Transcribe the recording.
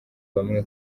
bamwe